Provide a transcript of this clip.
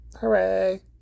hooray